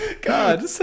God